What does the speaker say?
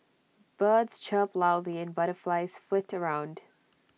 birds chirp loudly and butterflies flit around